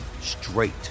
straight